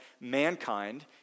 mankind